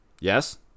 yes